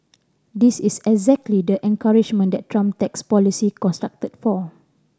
this is exactly the encouragement that Trump tax policy constructed for